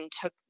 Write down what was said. took